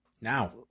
now